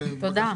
תודה.